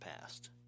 past